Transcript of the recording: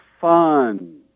fun